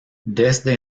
desde